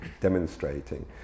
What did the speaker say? demonstrating